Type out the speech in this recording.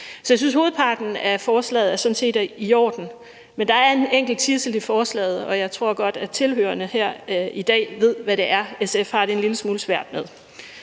Så jeg synes, at hovedparten af forslaget sådan set er i orden, men der er en enkelt tidsel i forslaget, og jeg tror godt, at tilhørerne her i dag ved, hvad det er, SF har det en lille smule svært med.